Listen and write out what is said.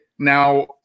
Now